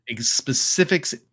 specifics